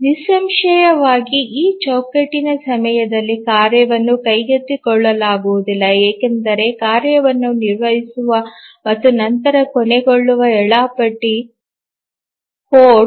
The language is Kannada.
ನಿಸ್ಸಂಶಯವಾಗಿ ಈ ಚೌಕಟ್ಟಿನ ಸಮಯದಲ್ಲಿ ಕಾರ್ಯವನ್ನು ಕೈಗೆತ್ತಿಕೊಳ್ಳಲಾಗುವುದಿಲ್ಲ ಏಕೆಂದರೆ ಕಾರ್ಯವನ್ನು ನಿರ್ವಹಿಸುವ ಮತ್ತು ನಂತರ ಕೊನೆಗೊಳ್ಳುವ ವೇಳಾಪಟ್ಟಿ ಕೋಡ್